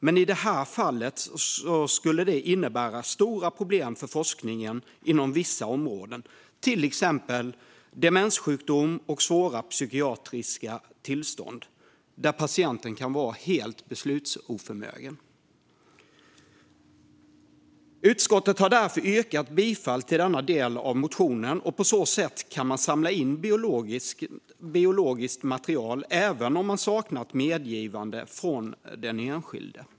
Men i detta fall skulle det innebära stora problem för forskningen inom vissa områden, till exempel demenssjukdom och svåra psykiatriska tillstånd där patienten kan vara helt beslutsoförmögen. Utskottet har därför tillstyrkt denna del av motionen, och därmed kan man samla in biologiskt material även om medgivande saknas från den enskilde.